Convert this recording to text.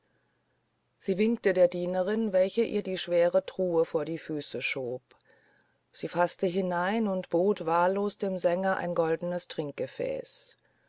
sie winkte der dienerin welche ihr die schwere truhe vor die füße schob sie faßte hinein und bot wahllos dem sänger ein goldenes